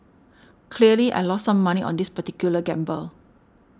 clearly I lost some money on this particular gamble